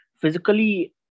Physically